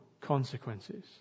consequences